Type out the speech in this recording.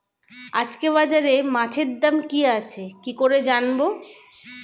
আজকে বাজারে মাছের দাম কি আছে কি করে জানবো?